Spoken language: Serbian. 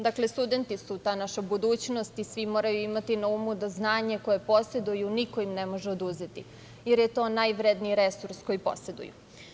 Dakle, studenti su ta naša budućnost i svi moraju imati na umu da znanje koje poseduju niko im ne može oduzeti, jer je to najvrednije resurs koji poseduju.